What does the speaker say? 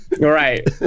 Right